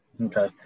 Okay